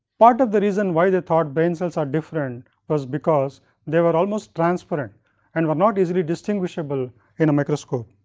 part of the reason, why they thought brain cells are different was because they were almost transparent and were not easily distinguishable in a microscope.